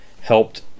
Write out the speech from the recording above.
helped